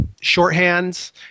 shorthands